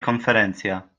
konferencja